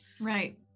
right